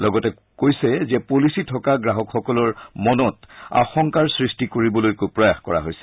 লগতে কৈছে যে পলিচি থকা গ্ৰাহকসকলৰ মনত আশংকাৰ সৃষ্টি কৰিবলৈকো প্ৰয়াস কৰা হৈছে